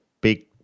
big